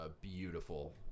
beautiful